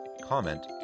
comment